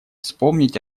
вспомнить